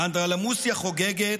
האנדרלמוסיה חוגגת,